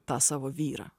tą savo vyrą